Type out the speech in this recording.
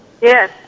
Yes